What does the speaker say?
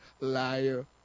liar